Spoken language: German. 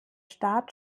start